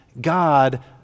God